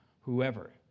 whoever